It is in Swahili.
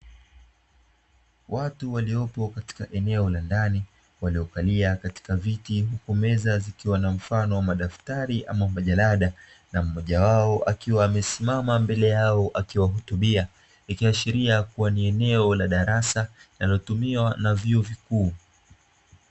Watu waliopo katika eneo la ndani, waliokalia katika viti kukomeza zikiwa na mfano wa madaftari ama majalada, na mmoja wao akiwa amesimama mbele yao akiwahutubia. Ikiashiria kuwa ni eneo la darasa linalotumiwa na vyuo vikuu.